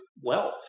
wealth